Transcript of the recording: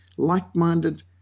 like-minded